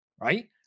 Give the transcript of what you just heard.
right